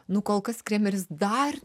nu kol kas kremeris dar